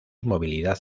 movilidad